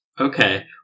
Okay